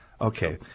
Okay